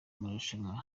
marushanwa